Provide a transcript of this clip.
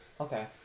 Okay